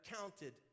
counted